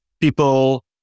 people